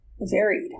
varied